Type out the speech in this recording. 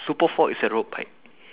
super four is a road bike